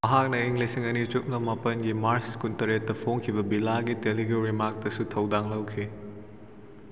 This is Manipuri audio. ꯃꯍꯥꯛꯅ ꯏꯪ ꯂꯤꯁꯤꯡ ꯑꯅꯤ ꯁꯨꯞꯅ ꯃꯥꯄꯜꯒꯤ ꯃꯥꯔꯁ ꯀꯨꯟꯇꯔꯦꯠꯇ ꯐꯣꯡꯈꯤꯕ ꯕꯤꯂꯥꯒꯤ ꯇꯦꯂꯨꯒꯨ ꯔꯤꯃꯥꯛꯇꯁꯨ ꯊꯧꯗꯥꯡ ꯂꯧꯈꯤ